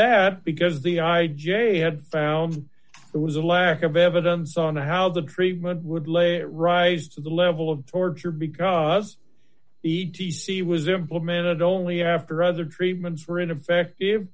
that because the i j had found it was a lack of evidence on how the treatment would lay it rise to the level of torture because e t c was implemented only after other treatments for ineffective